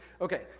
Okay